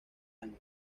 años